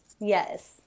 yes